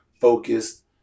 focused